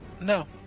No